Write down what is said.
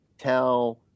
tell